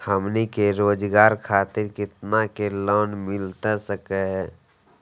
हमनी के रोगजागर खातिर कितना का लोन मिलता सके?